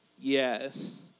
yes